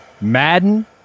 Madden